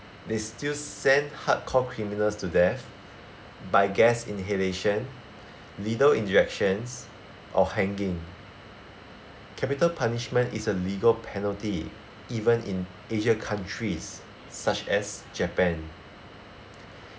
they still send hardcore criminals to death by gas inhalation lethal injections or hanging capital punishment is a legal penalty even in asia countries such as japan